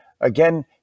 again